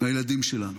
הילדים שלנו,